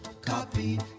Copy